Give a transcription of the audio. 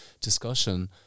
discussion